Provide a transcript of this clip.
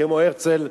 כמו הרצל,